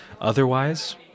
Otherwise